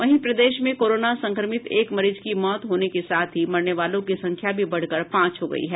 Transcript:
वहीं प्रदेश में कोरोना संक्रमित एक मरीज की मौत होने के साथ ही मरने वालों की संख्या भी बढ़कर पांच हो गयी है